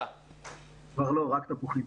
כבר לא, רק תפוחים.